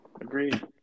Agreed